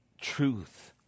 truth